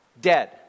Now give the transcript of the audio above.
dead